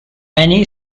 many